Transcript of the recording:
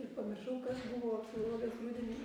ir pamiršau kas buvo filologijos rudenį